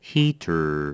Heater